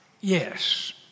yes